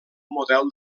model